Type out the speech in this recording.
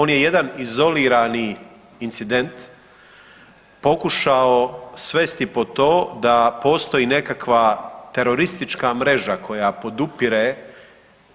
On je jedan izolirani incident pokušao svesti pod to da postoji nekakva teroristička mreža koja podupire